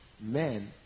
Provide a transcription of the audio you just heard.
men